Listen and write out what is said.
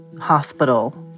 hospital